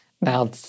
Now